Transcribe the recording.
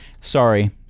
Sorry